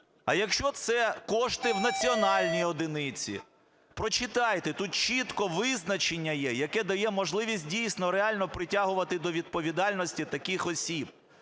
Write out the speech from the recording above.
А якщо це кошти в національній одиниці? Прочитайте, тут чітко визначення є, яке дає можливість, дійсно, реально притягувати до відповідальності таких осіб.